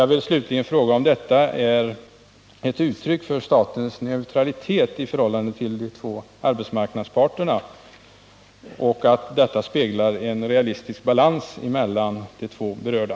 Jag vill slutligen fråga om arbetsmarknadsministerns handlande är ett uttryck för statens neutralitet i förhållande till de två berörda arbetsmarknadsparterna och att detta speglar en realistisk balans mellan dessa.